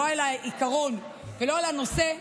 לא על העיקרון ולא על הנושא,